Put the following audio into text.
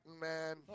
man